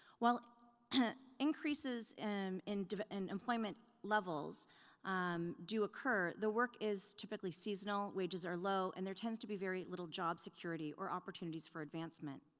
while increases in in and employment levels um do occur, the work is typically seasonal, wages are low, and there tends to be very little job security or opportunities for advancement.